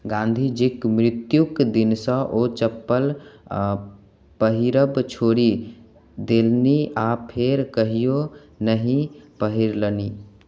गाँधीजीक मृत्युक दिनसँ ओ चप्पल पहिरब छोड़ि देलनि आ फेर कहिओ नहि पहिरलनि